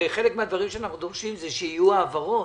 הרי חלק מהדברים שאנחנו דורשים, שיהיו העברות